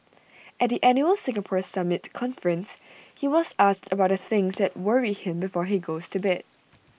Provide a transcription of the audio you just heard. at the annual Singapore summit conference he was asked about the things that worry him before he goes to bed